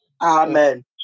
Amen